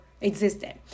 existed